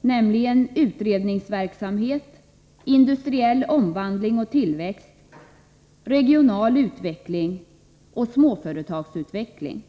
nämligen utredningsverksamhet, industriell omvandling och tillväxt, regional utveckling och småföretagsutveckling.